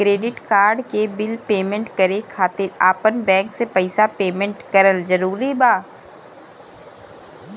Credit card के bill payment करे खातिर आपन बैंक से पईसा पेमेंट करल जरूरी बा?